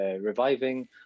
reviving